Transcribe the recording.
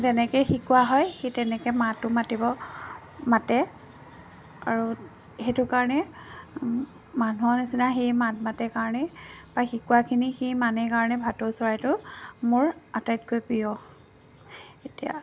যেনেকৈয়ে শিকোৱা হয় সি তেনেকৈ মাতো মাতিব মাতে আৰু সেইটো কাৰণে মানুহৰ নিচিনা সি মাত মাতে কাৰণেই বা শিকোৱাখিনি সি মানে কাৰণে ভাটৌ চৰাইটো মোৰ আটাইতকৈ প্ৰিয় এতিয়া